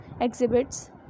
exhibits